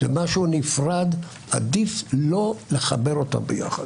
זה משהו נפרד, ועדיף לא לחבר אותם ביחד.